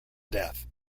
death